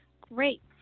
great